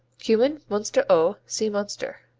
cumin, munster au see munster.